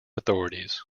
authorities